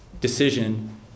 decision